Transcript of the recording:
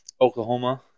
Oklahoma